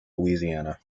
louisiana